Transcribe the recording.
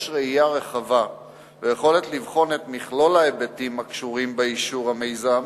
יש ראייה רחבה ויכולת לבחון את מכלול ההיבטים הקשורים באישור המיזם,